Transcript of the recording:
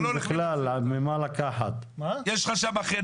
לנו יש קצת בעיה,